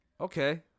Okay